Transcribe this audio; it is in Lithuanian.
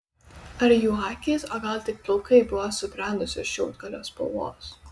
ar jų akys o gal tik plaukai buvo subrendusio šiaudgalio spalvos